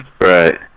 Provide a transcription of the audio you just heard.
Right